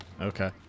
Okay